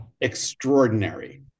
Extraordinary